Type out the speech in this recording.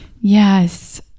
Yes